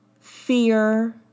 fear